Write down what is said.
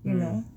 mm